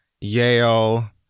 Yale